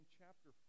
chapter